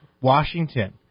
Washington